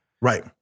Right